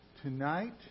Tonight